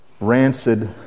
rancid